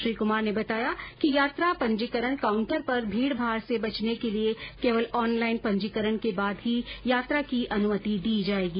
श्री कुमार ने बताया कि यात्रा पंजीकरण काउंटर पर भीड़भाड़ से बचने के लिए केवल ऑनलाइन पंजीकरण के बाद ही यात्रा की अनुमति दी जाएगी